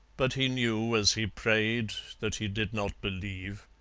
but he knew as he prayed that he did not believe.